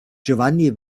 giovanni